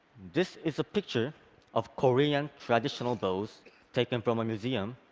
this is a picture of korean traditional bows taken from a museum,